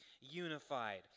unified